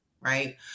right